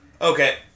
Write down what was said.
Okay